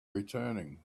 returning